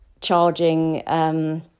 charging